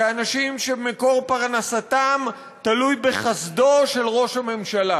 כאנשים שמקור פרנסתם תלוי בחסדו של ראש הממשלה,